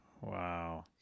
Wow